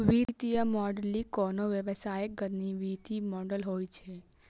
वित्तीय मॉडलिंग कोनो व्यवसायक गणितीय मॉडल होइ छै